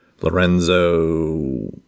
Lorenzo